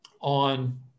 on